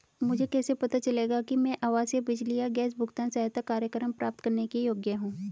मुझे कैसे पता चलेगा कि मैं आवासीय बिजली या गैस भुगतान सहायता कार्यक्रम प्राप्त करने के योग्य हूँ?